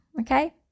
okay